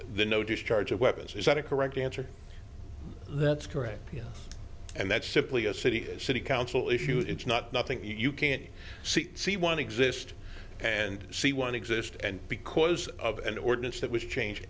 the no discharge of weapons is that a correct answer that's correct yes and that's simply a city a city council issue it's not nothing you can't see see one exist and see one exist and because of an ordinance that was changed